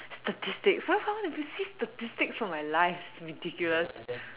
statistics why would someone want to see statistics from my life ridiculous